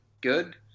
good